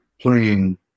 playing